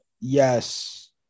Yes